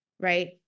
Right